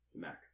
Mac